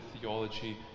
theology